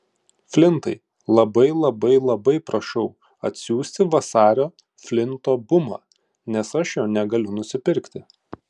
flintai labai labai labai prašau atsiųsti vasario flinto bumą nes aš jo negaliu nusipirkti